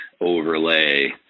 overlay